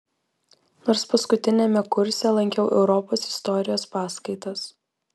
nors paskutiniame kurse lankiau europos istorijos paskaitas